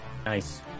Nice